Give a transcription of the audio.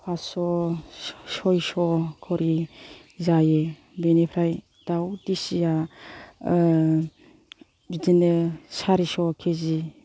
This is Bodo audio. पास्स' स सयस' खरि जायो बिनिफ्राय दाउ दिसिया बिदिनो सारिस' केजि